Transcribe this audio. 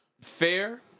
Fair